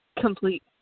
complete –